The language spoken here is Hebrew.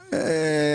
במשא ומתן.